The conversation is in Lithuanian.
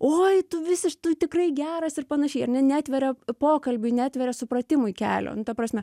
oi tu visiš tu tikrai geras ir panašiai ar ne neatveria pokalbiui neatveria supratimui kelio nu ta prasme